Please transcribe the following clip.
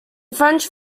french